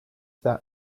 that